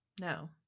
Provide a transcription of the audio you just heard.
no